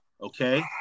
Okay